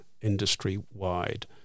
industry-wide